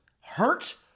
hurt